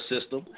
system